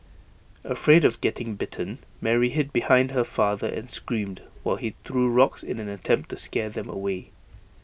afraid of getting bitten Mary hid behind her father and screamed while he threw rocks in an attempt to scare them away